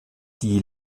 die